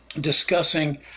discussing